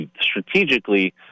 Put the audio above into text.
strategically